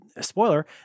Spoiler